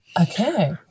okay